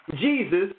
Jesus